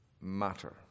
matter